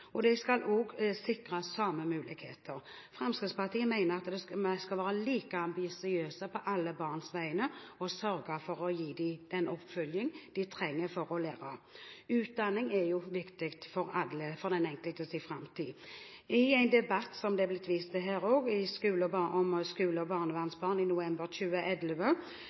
De skal også sikres samme muligheter. Fremskrittspartiet mener at vi skal være like ambisiøse på alle barns vegne og sørge for å gi dem den oppfølging de trenger for å lære. Utdanning er jo viktig for alle, for den enkeltes framtid. I en debatt – som det er blitt vist til her også – om skole- og barnevernsbarn, i november 2011,